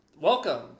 Welcome